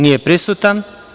Nije prisutan.